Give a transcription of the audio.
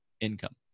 income